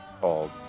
called